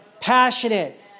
passionate